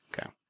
Okay